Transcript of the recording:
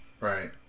Right